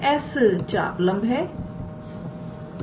तोs चापलंब है